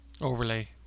Overlay